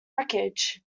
wreckage